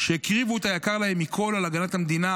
שהקריבו את היקר להן מכול על הגנת המדינה,